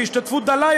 בהשתתפות דלה,